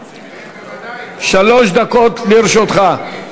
בוודאי, שלוש דקות לרשותך.